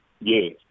Yes